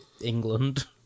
England